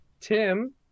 Tim